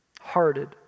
hearted